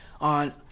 On